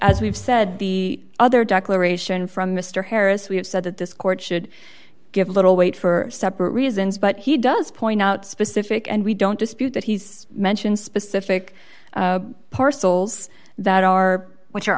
as we've said the other declaration from mr harris we have said that this court should give little weight for separate reasons but he does point out specific and we don't dispute that he's mentioned specific parcels that are which are